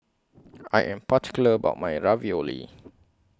I Am particular about My Ravioli